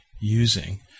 using